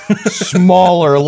smaller